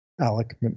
Alec